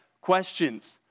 questions